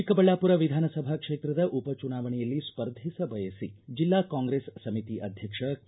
ಚಿಕ್ಕಬಳ್ಳಾಪುರ ವಿಧಾನಸಭಾ ಕ್ಷೇತ್ರದ ಉಪಚುನಾವಣೆಯಲ್ಲಿ ಸ್ಪರ್ಧಿಸ ಬಯಸಿ ಜಿಲ್ಲಾ ಕಾಂಗ್ರೆಸ್ ಸಮಿತಿ ಅಧ್ಯಕ್ಷ ಕೆ